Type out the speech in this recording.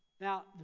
Now